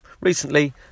recently